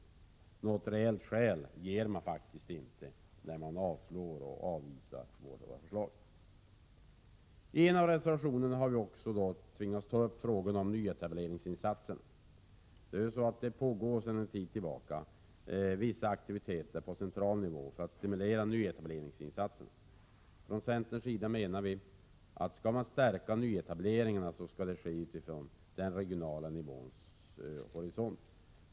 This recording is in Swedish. Man ger faktiskt inte heller något reellt skäl när man avslår och avvisar våra förslag. Vi har också tvingats ta upp frågorna om nyetableringsinsatsen i en reservation. Sedan en tid tillbaka pågår vissa aktiviteter på central nivå för att stimulera nyetableringsinsatser. Vi menar från centerns sida att om man skall stärka nyetableringar skall det ske på regional nivå.